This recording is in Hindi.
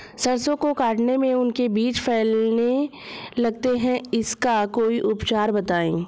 सरसो को काटने में उनके बीज फैलने लगते हैं इसका कोई उपचार बताएं?